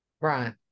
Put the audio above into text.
Right